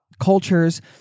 cultures